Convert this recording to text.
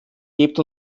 gebt